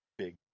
Big